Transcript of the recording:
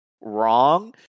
wrong